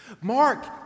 Mark